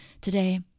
today